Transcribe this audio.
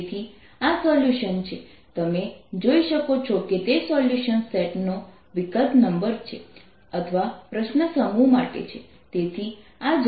તેથી આ સોલ્યુશન છે તમે જોઈ શકો છો કે તે સોલ્યુશન સેટ નો વિકલ્પ નંબર છે અથવા પ્રશ્ન સમૂહ માટે છે તેથી આ જવાબ હતો